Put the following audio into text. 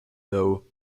though